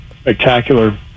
spectacular